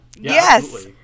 Yes